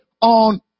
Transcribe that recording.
on